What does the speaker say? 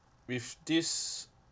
with this